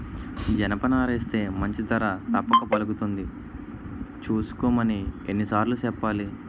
జనపనారేస్తే మంచి ధర తప్పక పలుకుతుంది సూసుకోమని ఎన్ని సార్లు సెప్పాలి?